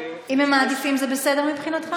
אם הם מעדיפים, זה בסדר מבחינתך?